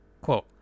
quote